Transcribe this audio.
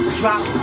drop